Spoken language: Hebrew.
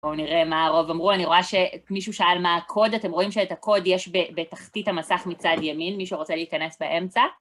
בואו נראה מה הרוב אמרו, אני רואה שמישהו שאל מה הקוד, אתם רואים שאת הקוד יש בתחתית המסך מצד ימין, מי שרוצה להיכנס באמצע.